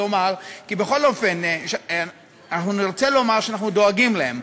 בכל אופן אנחנו נרצה לומר שאנחנו דואגים להם.